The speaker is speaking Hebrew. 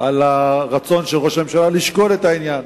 על הרצון של ראש הממשלה לשקול את העניין.